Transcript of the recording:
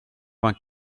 vingt